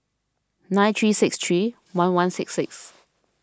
nine three six three one one six six